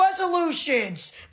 resolutions